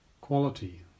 quality